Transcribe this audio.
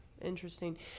interesting